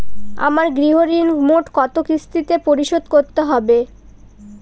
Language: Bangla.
আমার গৃহঋণ মোট কত কিস্তিতে পরিশোধ করতে হবে?